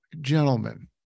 gentlemen